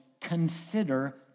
consider